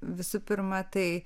visų pirma tai